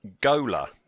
Gola